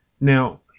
Now